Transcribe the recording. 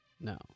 No